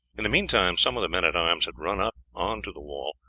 in the meantime some of the men-at-arms had run up on to the wall,